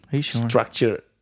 structure